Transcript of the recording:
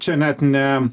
čia net ne